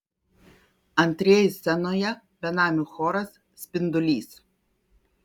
antrieji scenoje benamių choras spindulys